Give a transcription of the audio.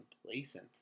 complacent